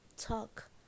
talk